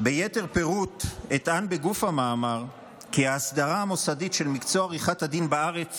"ביתר פירוט אטען בגוף המאמר כי ההסדרה המוסדית של מקצוע עריכת הדין בארץ